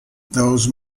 those